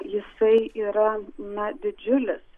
jisai yra na didžiulis